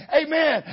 amen